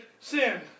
sin